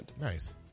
Nice